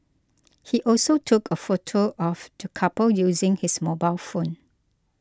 he also took a photo of the couple using his mobile phone